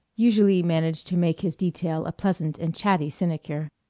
usually managed to make his detail a pleasant and chatty sinecure.